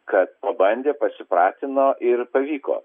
kad pabandė pasipratino ir pavyko